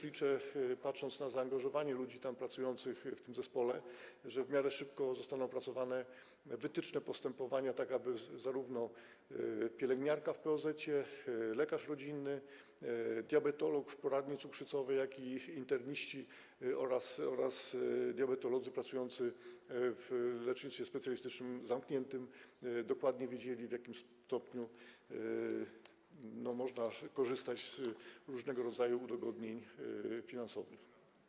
Liczę, patrząc na zaangażowanie ludzi pracujących w tym zespole, na to, że w miarę szybko zostaną opracowane wytyczne do postępowania, tak aby zarówno pielęgniarka w POZ, lekarz rodzinny, diabetolog w poradni cukrzycowej, jak i interniści oraz diabetolodzy pracujący w lecznictwie specjalistycznym zamkniętym dokładnie wiedzieli, w jakim stopniu można korzystać z różnego rodzaju udogodnień finansowych.